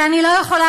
ואני לא יכולה,